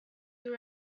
you